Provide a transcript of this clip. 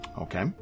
Okay